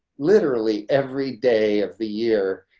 literally every day of the year,